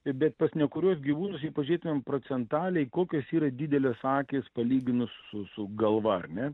bet pas ne kuriuos gyvūnus jei pažiūrėtumėm procentaliai kokios yra didelės akys palyginus su su galva ar ne